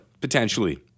potentially